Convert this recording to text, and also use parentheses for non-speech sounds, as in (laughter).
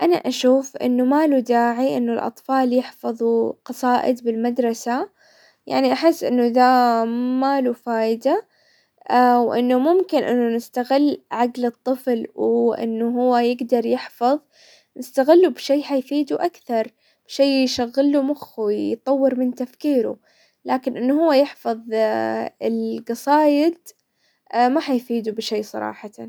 انا اشوف انه ما له داعي انه الاطفال يحفظوا قصائد بالمدرسة، يعني احس انه ذا ما له فايدة (hesitation) وانه ممكن انه نستغل عقل الطفل، وانه هو يقدر يحفظ نستغله بشي حيفيد اكثر، شي يشغل له مخه، يطور من تفكيره، لكن انه هو يحفظ (hesitation) القصايد (hesitation) ما حيفيده بشيء صراحة.